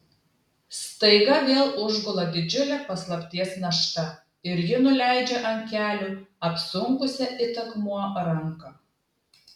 staiga vėl užgula didžiulė paslapties našta ir ji nuleidžia ant kelių apsunkusią it akmuo ranką